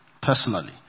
personally